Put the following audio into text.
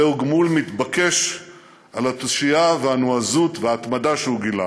זהו גמול מתבקש על התושייה והנועזות וההתמדה שהוא גילה